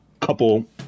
couple